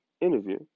interview